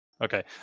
Okay